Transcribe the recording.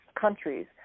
countries